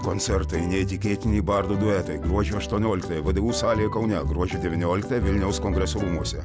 koncertai neįtikėtini bardų duetai gruodžio aštuonioliktąją vdu salėje kaune gruodžio devynioliktą vilniaus kongresų rūmuose